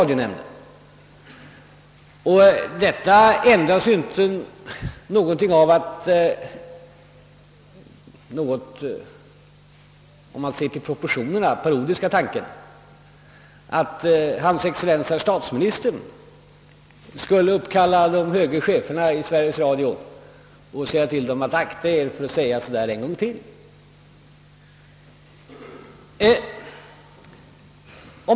Det är en parodisk tanke att hans excellens statsministern skulle uppkalla de höga cheferna för Sveriges Radio och säga till dem att de skall akta sig för att säga så där en gång till.